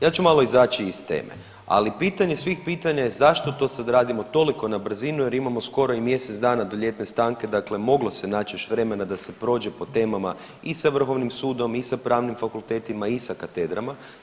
Ja ću malo izaći iz teme, ali pitanje svih pitanja je zašto to sad radimo toliko na brzinu jer imamo skoro i mjesec dana do ljetne stanke, dakle moglo se naći još vremena da se prođe po temama i sa Vrhovnim sudom i sa pravnim fakultetima i sa katedrama.